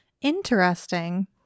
Interesting